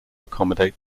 accommodate